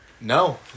No